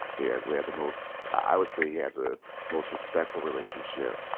yeah we had the most, i would say he had the most respectful relationship,